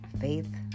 faith